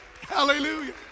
Hallelujah